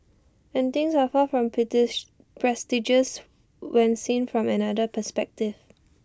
and things are far from prestigious when seen from another perspective